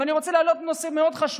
אני רוצה להעלות נושא מאוד חשוב.